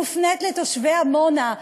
מופנית לתושבי עמונה,